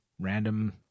random